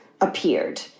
appeared